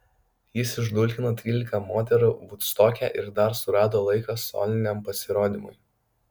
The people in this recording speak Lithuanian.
jis išdulkino trylika moterų vudstoke ir dar surado laiko soliniam pasirodymui